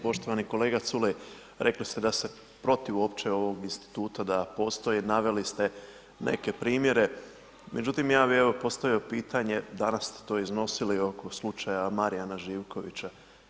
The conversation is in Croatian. Poštovani kolega Culej rekli ste da ste protiv uopće ovog instituta da postoji, naveli ste neke primjere, međutim ja bih evo postavio pitanje, danas ste to iznosili oko slučaja Marijana Živkovića.